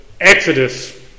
Exodus